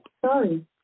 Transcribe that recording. Sorry